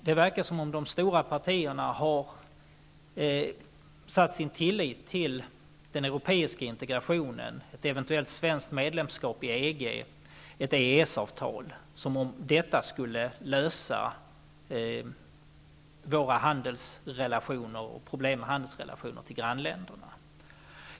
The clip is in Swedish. Det verkar som om de stora partierna har satt sin tillit till den europeiska integrationen, ett eventuellt svenskt medlemskap i EG och ett EES avtal, som om detta skulle lösa våra problem med handelsrelationer till grannländerna.